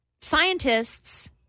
scientists